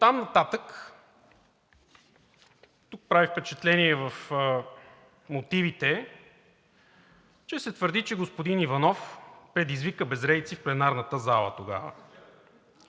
Оттам нататък тук прави впечатление и в мотивите, че се твърди, че господин Иванов „предизвика безредици в пленарната зала тогава“.